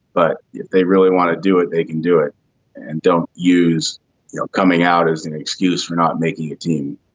but if they really want to do it they can do it and don't use you know coming out as an excuse for not making a team.